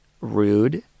rude